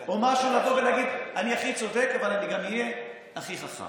לבוא ולהגיד: אני הכי צודק אבל אני גם אהיה הכי חכם.